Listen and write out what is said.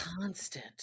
constant